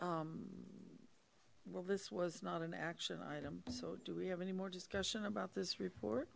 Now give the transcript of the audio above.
well this was not an action item do we have any more discussion about this report